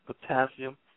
potassium